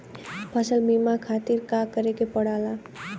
फसल बीमा खातिर का करे के पड़ेला?